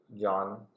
John